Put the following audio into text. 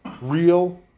real